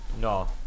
No